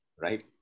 right